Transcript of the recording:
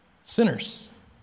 sinners